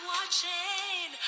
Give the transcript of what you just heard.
watching